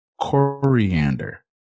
coriander